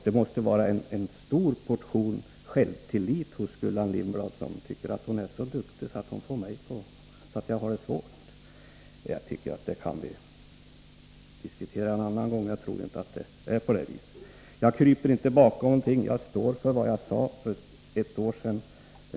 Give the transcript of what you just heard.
Det måste vara uttryck för en stor portion självtillit hos Gullan Lindblad, om hon tycker att hon är så duktig att jag får det svårt. Jag tycker att det kan vi diskutera en annan gång — jag tror inte att det är på det viset. Jag kryper inte bakom någon, utan jag står för vad jag sade för ett år sedan.